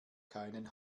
keinen